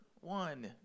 one